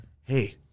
hey